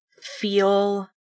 feel